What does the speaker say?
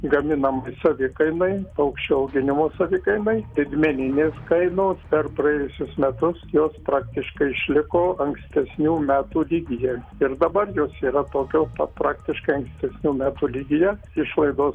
gaminam savikainai paukščių auginimo savikainai didmeninės kainos per praėjusius metus jos praktiškai išliko ankstesnių metų lygyje ir dabar jos yra tokio pat praktiškai ankstesnių metų lygyje išlaidos